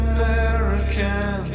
American